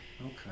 Okay